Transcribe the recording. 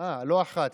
לא אחת.